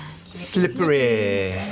slippery